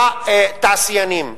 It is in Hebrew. לתעשיינים,